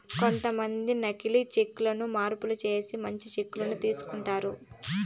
కొంతమంది నకీలి చెక్ లను మార్పులు చేసి మంచి చెక్ ను తీసుకుంటారు